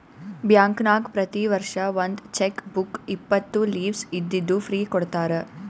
ಬ್ಯಾಂಕ್ನಾಗ್ ಪ್ರತಿ ವರ್ಷ ಒಂದ್ ಚೆಕ್ ಬುಕ್ ಇಪ್ಪತ್ತು ಲೀವ್ಸ್ ಇದ್ದಿದ್ದು ಫ್ರೀ ಕೊಡ್ತಾರ